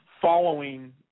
following